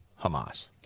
Hamas